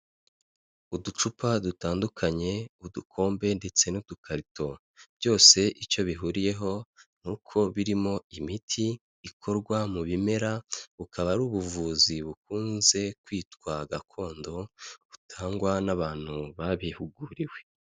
Uducupa dutandukanye, udukombe ndetse n'utukarito, byose icyo bihuriyeho ni uko birimo imiti ikorwa mu bimera, bukaba ari ubuvuzi bukunze kwitwa gakondo, butangwa n'abantu babihuguriwe.